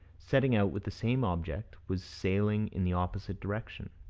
setting out with the same object, was sailing in the opposite direction.